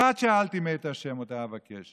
אחת שאלתי מאת ה' אותה אבקש